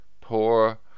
poor